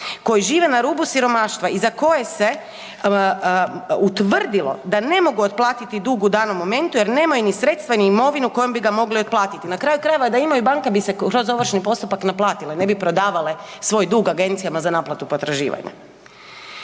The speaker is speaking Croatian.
koji žive na rubu siromaštva i za koje se utvrdilo da ne mogu otplatiti dug u danom momentu jer nemaju ni sredstva, ni imovinu kojom bi ga mogli otplatiti. Na kraju krajeva da imaju banka bi se kroz ovršni postupak naplatila i ne bi prodavale svoj dug agencijama za naplatu potraživanja.